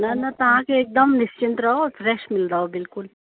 न न तव्हांखे हिकदमि निश्चिंत रहो फ़्रेश मिलदव बिल्कुलु